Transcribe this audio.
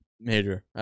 major